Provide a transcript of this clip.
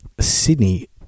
Sydney